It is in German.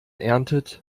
erntet